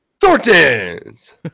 Thornton's